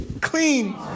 clean